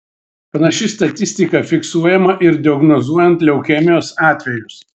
panaši statistika fiksuojama ir diagnozuojant leukemijos atvejus